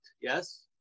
Yes